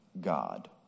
God